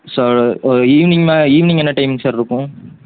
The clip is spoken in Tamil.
சார் இரு ஈவ்னிங் ம ஈவ்னிங் என்ன டைமிங் சார் இருக்கும்